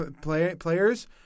players